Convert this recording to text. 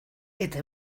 eta